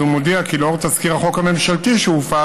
אז הוא מודיע כי לאור תזכיר החוק הממשלתי שהופץ,